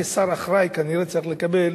כשר אחראי, כנראה צריך לקבל